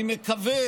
אני מקווה